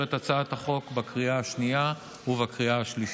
את הצעת החוק בקריאה השנייה ובקריאה השלישית.